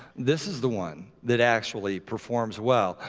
this is the one that actually performs well.